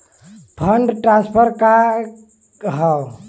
Fund transfer का हव?